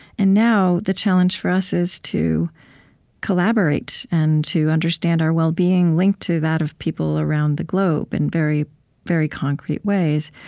and now, the challenge for us is to collaborate and to understand our well-being linked to that of people around the globe in very very concrete ways.